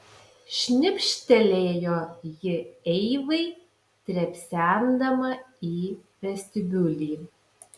šnipštelėjo ji eivai trepsendama į vestibiulį